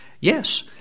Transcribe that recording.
yes